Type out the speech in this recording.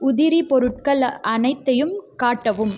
உதிரி பொருட்கள் அனைத்தையும் காட்டவும்